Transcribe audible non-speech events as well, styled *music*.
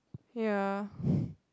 ya *breath*